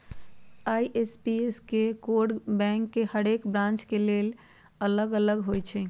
IFSC code bank के हरेक branch के लेल अलग अलग होई छै